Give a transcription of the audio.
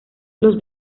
los